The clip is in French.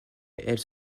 elle